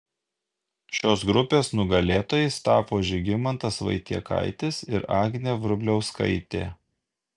šios grupės nugalėtojais tapo žygimantas vaitiekaitis ir agnė vrubliauskaitė